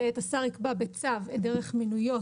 (ב) השר יקבע בצו את דרך מינויו,